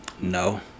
No